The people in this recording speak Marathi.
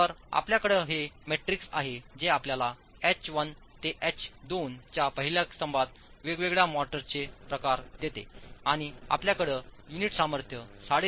तर आपल्याकडे हे मॅट्रिक्स आहे जे आपल्याला एच 1 ते एल 2 च्या पहिल्या स्तंभात वेगवेगळ्या मोर्टाचे प्रकार देते आणि आपल्याकडे युनिट सामर्थ्य 3